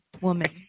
woman